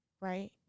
right